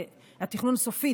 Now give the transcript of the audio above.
התכנון סופי,